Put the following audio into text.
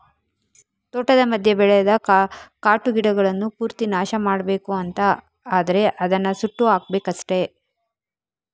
ತೋಟದ ಮಧ್ಯ ಬೆಳೆದ ಕಾಟು ಗಿಡಗಳನ್ನ ಪೂರ್ತಿ ನಾಶ ಮಾಡ್ಬೇಕು ಅಂತ ಆದ್ರೆ ಅದನ್ನ ಸುಟ್ಟು ಹಾಕ್ಬೇಕಷ್ಟೆ